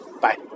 bye